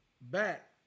back